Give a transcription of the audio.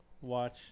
watch